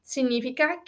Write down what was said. Significa